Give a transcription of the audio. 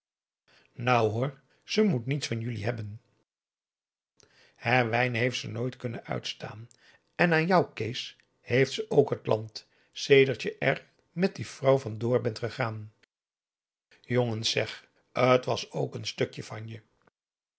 nou hoor ze moet niks van jullie hebben herwijnen heeft ze nooit kunnen uitstaan en aan jou kees heeft ze ook het land sedert je er met die vrouw vandoor bent gegaan jongens zeg het was ook een stukje van je